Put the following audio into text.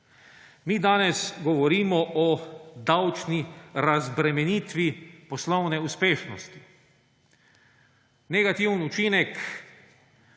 Mi danes govorimo o davčni razbremenitvi poslovne uspešnosti. Negativen učinek